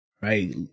right